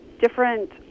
different